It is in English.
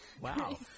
wow